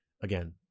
Again